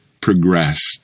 progressed